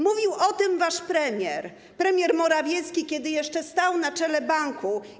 Mówił o tym wasz premier, premier Morawiecki, kiedy jeszcze stał na czele banku.